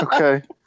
Okay